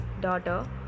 Daughter